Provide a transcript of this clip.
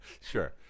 Sure